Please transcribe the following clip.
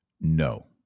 No